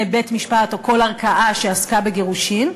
בית-משפט או כל ערכאה שעסקה בגירושין.